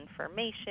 information